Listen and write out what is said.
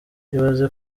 ibaze